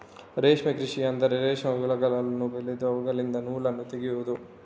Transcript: ರೇಷ್ಮೆ ಕೃಷಿ ಅಂದ್ರೆ ರೇಷ್ಮೆ ಹುಳಗಳನ್ನು ಬೆಳೆದು ಅವುಗಳಿಂದ ನೂಲನ್ನು ತೆಗೆಯುದು